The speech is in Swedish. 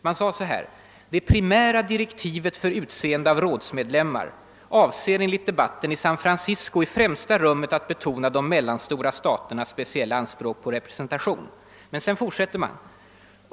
Det hette: >Det primära direktivet för utseende av rådsmedlemmar, nämligen att hänsyn skall tagas till medlemmarnas insatser för förbundet, avser enligt debatten i San Francisco i främsta rummet att betona de mellanstora staternas speciella anspråk på representation.